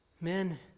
Men